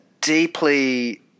deeply